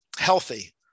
healthy